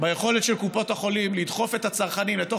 ביכולת של קופות החולים לדחוף את הצרכנים לתוך